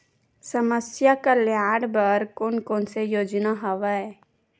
समस्या कल्याण बर कोन कोन से योजना हवय?